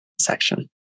section